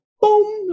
boom